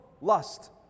lust